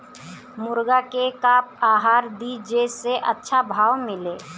मुर्गा के का आहार दी जे से अच्छा भाव मिले?